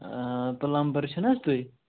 آ پُلمبَر چھِ نا تُہۍ